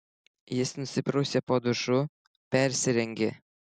jis nusiprausė po dušu persirengė